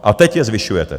A teď je zvyšujete.